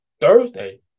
Thursday